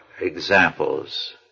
examples